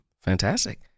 Fantastic